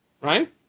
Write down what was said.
Right